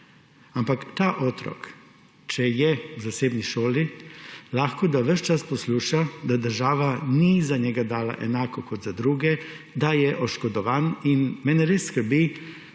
Ampak ta otrok, če je v zasebni šoli, lahko ves čas posluša, da država ni za njega dala enako kot za druge, da je oškodovan. In mene res skrbi,